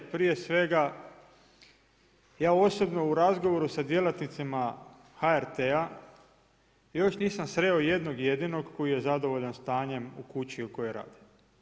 Prije svega, ja osobno u razgovoru sa djelatnicima HRT-a još nisam sreo jednog jedinog koji je zadovoljan stanjem u kući u kojoj radi.